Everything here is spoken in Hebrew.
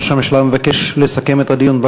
ראש הממשלה מבקש לסכם את הדיון.